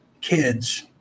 kids